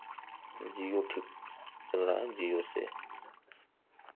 जिओ ठीक चल रहा है जिओ से